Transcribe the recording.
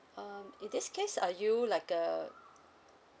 um in this case are you like a